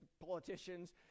politicians